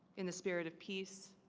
in the spirit of peace